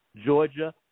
Georgia